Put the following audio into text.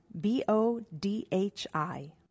B-O-D-H-I